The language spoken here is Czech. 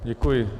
Děkuji.